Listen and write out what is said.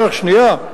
דרך שנייה,